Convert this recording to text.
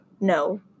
no